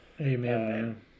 Amen